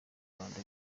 rwanda